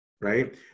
right